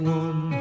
one